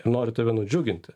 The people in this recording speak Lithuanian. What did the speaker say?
ir nori tave nudžiuginti